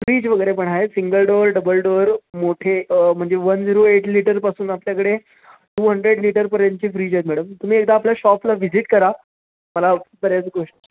fridge वगैरे पण आहे सिंगल डोअर डबल डोअर मोठे म्हणजे वन झिरो एट लिटरपासून आपल्याकडे टू हंड्रेड लिटरपर्यंतची फ्रीज आहेत मॅडम तुम्ही एकदा आपल्या शॉपला व्हिजिट करा मला बऱ्याच गोष्ट